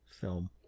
film